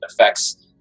affects